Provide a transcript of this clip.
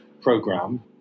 program